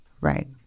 Right